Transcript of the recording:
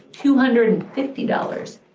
two hundred and fifty dollars.